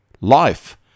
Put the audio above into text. life